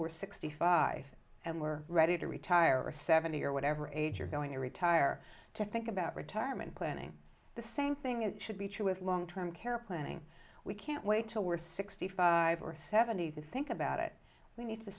we're sixty five and we're ready to retire or seventy or whatever age you're going to retire to think about retirement planning the same thing it should be true with long term care planning we can't wait till we're sixty five or seventy three about it we need to